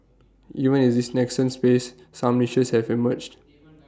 even in this nascent space some niches have emerged